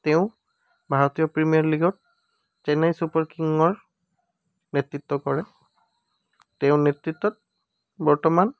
তেওঁ ভাৰতীয় প্ৰিমিয়াৰ লীগৰ চেন্নাই ছুপাৰ কিঙৰ নেতৃত্ব কৰে তেওঁৰ নেতৃত্বত বৰ্তমান